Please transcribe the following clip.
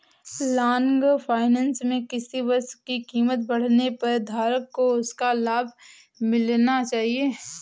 long finance में किसी वस्तु की कीमत बढ़ने पर धारक को उसका लाभ मिलना चाहिए